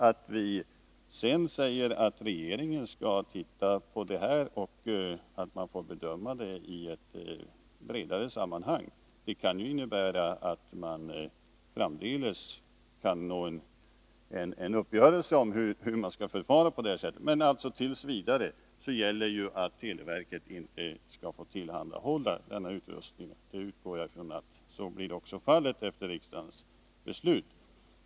Att vi sedan säger att regeringen får se på frågan och bedöma den i ett större sammanhang bör ju innebära att man framdeles kan få riktlinjer för hur man skall förfara. Men t.v. gäller ju att televerket inte skall få tillhandahålla denna utrustning, och jag utgår ifrån att detta kommer att gälla även efter riksdagens beslut.